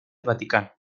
vaticano